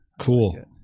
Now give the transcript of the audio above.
Cool